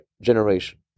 generation